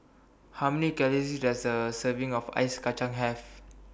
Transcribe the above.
How Many Calories Does A Serving of Ice Kacang Have